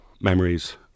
memories